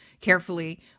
carefully